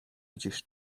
gdzieś